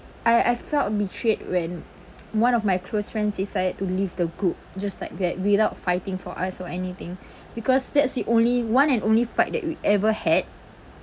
I I felt betrayed when one of my close friends decided to leave the group just like that without fighting for us or anything because that's the only one and only fight that we ever had